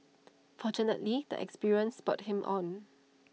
fortunately the experience spurred him on